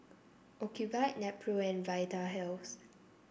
Ocuvite Nepro and Vitahealth